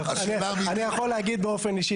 אני יכול להגיד באופן אישי,